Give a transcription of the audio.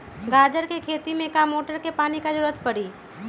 गाजर के खेती में का मोटर के पानी के ज़रूरत परी?